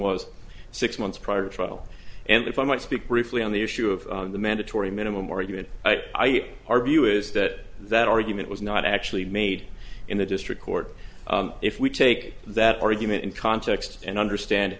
was six months prior to trial and if i might speak briefly on the issue of the mandatory minimum argument i say our view is that that argument was not actually made in the district court if we take that argument in context and understand